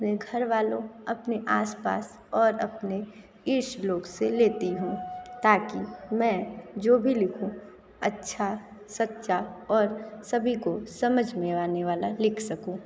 अपने घर वालों अपने आसपास और अपने ईशलोक से लेती हूँ ताकि मैं जो भी लिखूं अच्छा सच्चा और सभी को समझ में आने वाला लिख सकूँ